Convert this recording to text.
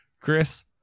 chris